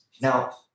Now